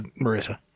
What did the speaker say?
Marissa